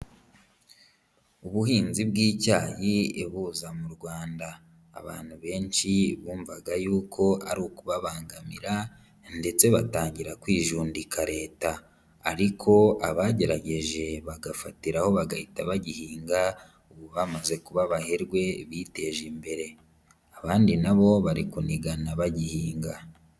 Ubuhinzi bw'icyayi buza mu Rwanda abantu benshi bumvaga yuko ari ukubabangamira ndetse batangira kwijundika leta, ariko abagerageje bagafatiraho bagahita bagihinga, ubu bamaze kuba abaherwe biteje imbere abandi nabo bari kunigana bagihinga.